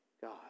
God